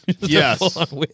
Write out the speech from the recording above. Yes